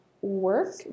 work